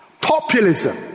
Populism